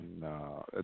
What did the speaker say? no